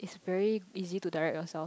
very easy to direct yourself